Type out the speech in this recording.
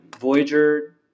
Voyager